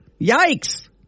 Yikes